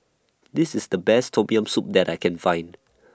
This IS The Best Tom Yam Soup that I Can Find